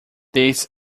this